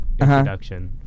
introduction